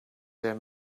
der